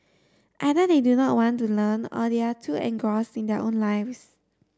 either they do not want to learn or they are too engrossed in their own lives